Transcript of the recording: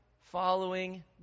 following